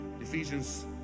Ephesians